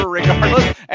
regardless